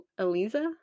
Aliza